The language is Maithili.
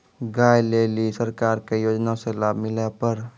गाय ले ली सरकार के योजना से लाभ मिला पर?